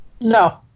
No